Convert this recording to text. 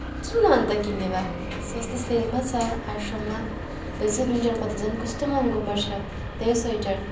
किन्न अन्त किन्ने भए सस्तो सेलमा छ आठ सौमा भोलिपर्सी विन्टरमा त झन् कस्तो महँगो पर्छ त्यही स्वेटर